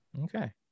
okay